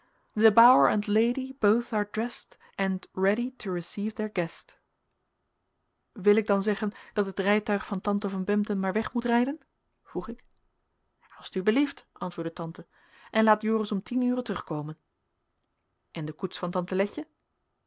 and ready to receive their guest wil ik dan zeggen dat het rijtuig van tante van bempden maar weg moet rijden vroeg ik als t u belieft antwoordde tante en laat joris om tien uren terugkomen en de koets van tante